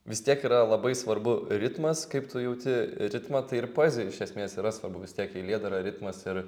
vis tiek yra labai svarbu ritmas kaip tu jauti ritmą tai ir poezijoj iš esmės yra svarbu vis tiek eilėdara ritmas ir